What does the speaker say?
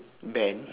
band